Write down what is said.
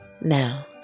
Now